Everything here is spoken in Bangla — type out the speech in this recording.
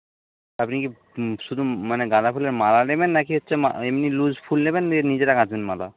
আপনি কি হুম শুধু মানে গাঁদা ফুলের মালা নেবন নাকি হচ্ছে এমনি লুজ ফুল নেবেন দিয়ে নিজেরা গাঁথবেন মালা